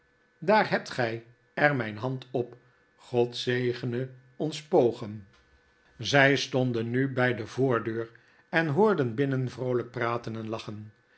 daar hebt gij er mijn hand op god zegene ons pogen zij stonden nu bij de voordeur en hoorden binnen vroolijk praten en lachen